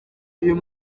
uyu